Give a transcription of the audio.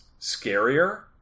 scarier